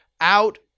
out